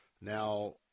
Now